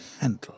handle